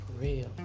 real